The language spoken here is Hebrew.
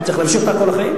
צריך להמשיך אותה כל החיים?